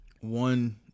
one